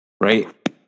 Right